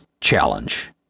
challenge